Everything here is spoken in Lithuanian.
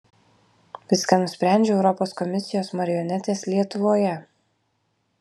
viską nusprendžia europos komisijos marionetės lietuvoje